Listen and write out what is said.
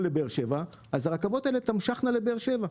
לבאר שבע הרכבות האלה תמשכנה לבאר שבע,